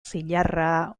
zilarra